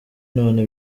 none